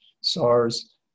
SARS